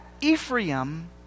Ephraim